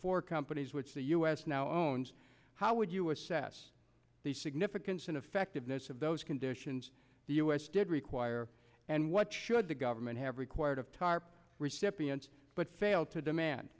four companies which the u s now owns how would you assess the significance and effectiveness of those conditions the u s did require and what should the government have required of tarp recipients but failed to demand